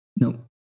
No